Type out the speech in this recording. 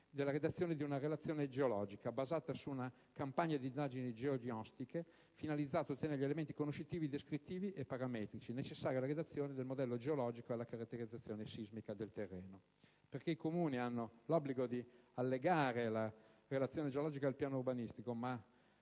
della redazione di una relazione geologica, basata su una campagna di indagini geognostiche finalizzate ad ottenere gli elementi conoscitivi, descrittivi e parametrici necessari alla redazione del modello geologico e alla caratterizzazione sismica del terreno». Infatti, i Comuni hanno l'obbligo di allegare la relazione geologica al piano urbanistico, ma